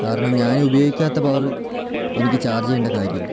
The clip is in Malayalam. കാരണം ഞാൻ ഉപയോഗിക്കാത്ത പവറ് എനിക്ക് ചാർജ് ചെയ്യേണ്ട കാര്യം ഇല്ല